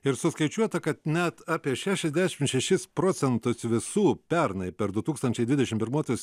ir suskaičiuota kad net apie šešiasdešim šešis procentus visų pernai per du tūkstančiai dvidešim pirmuosius